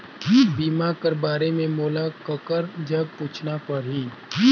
बीमा कर बारे मे मोला ककर जग पूछना परही?